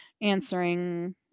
answering